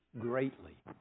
greatly